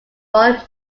royal